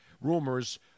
rumors